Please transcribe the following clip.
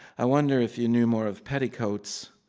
i wonder if you knew more of petticoats.